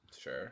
sure